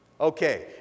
Okay